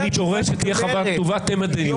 אני דורש שתהיה חוות-דעת כתובה טרם הדיון.